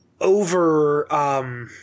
over –